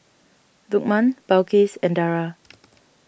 Lukman Balqis and Dara